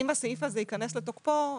אם הסעיף ייכנס לתוקפו,